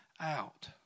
out